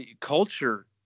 Culture